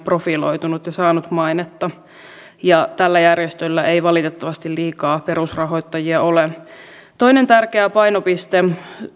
profiloitunut ja saanut mainetta tällä järjestöllä ei valitettavasti liikaa perusrahoittajia ole toinen tärkeä painopiste